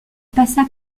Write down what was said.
passa